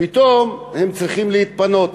פתאום צריכים להתפנות,